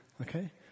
Okay